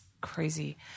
crazy